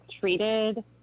treated